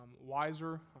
wiser